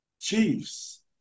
Chiefs